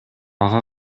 ага